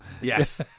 Yes